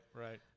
right